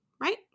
right